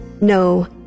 no